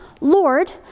Lord